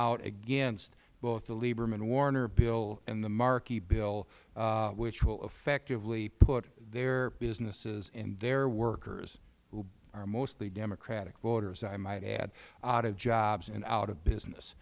out against both the lieberman warner bill and the markey bill which will effectively put their businesses and their workers who are mostly democratic voters i might add out of jobs and out of business